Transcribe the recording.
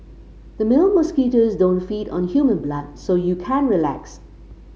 the male mosquitoes don't feed on human blood so you can relax